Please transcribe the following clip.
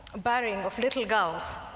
burying of little girls,